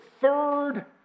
third